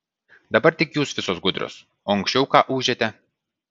dabar tik jūs visos gudrios o anksčiau ką ūžėte